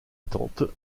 tante